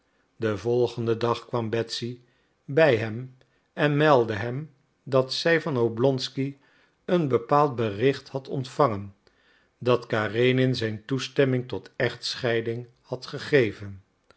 den volgenden dag kwam betsy bij hem en meldde hem dat zij van oblonsky het bepaald bericht had ontvangen dat karenin zijn toestemming tot echtscheiding had gegeven